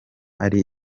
ari